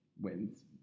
wins